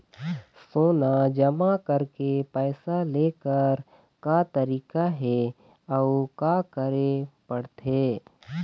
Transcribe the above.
सोना जमा करके पैसा लेकर का तरीका हे अउ का करे पड़थे?